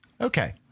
Okay